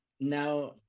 Now